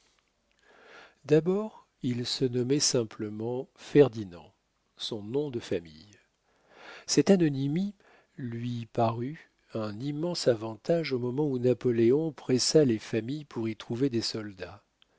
d'abord il se nommait simplement ferdinand son nom de famille cette anonymie lui parut un immense avantage au moment où napoléon pressa les familles pour y trouver des soldats